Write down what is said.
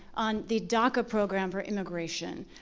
on the daca program for immigration,